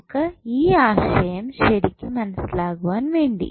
നമുക്ക് ഈ ആശയം ശരിക്ക് മനസ്സിലാക്കുവാൻ വേണ്ടി